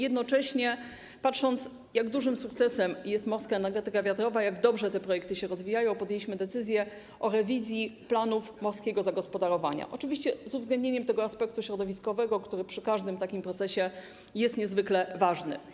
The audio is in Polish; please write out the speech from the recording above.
Jednocześnie, patrząc na to, jak dużym sukcesem jest morska energetyka wiatrowa, jak dobrze te projekty się rozwijają, podjęliśmy decyzję o rewizji planów morskiego zagospodarowania, oczywiście z uwzględnieniem aspektu środowiskowego, który przy każdym takim procesie jest niezwykle ważny.